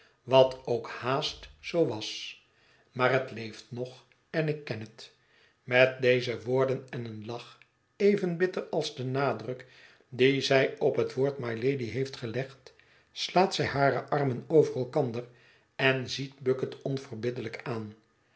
wat ook haast zoo was maar het leeft nog en ik ken het met deze woorden en een lach even bitter als de nadruk dien zij op het woord mylady heeft gelegd slaat zij hare armen over elkander en ziet bucket onverbiddelijk aan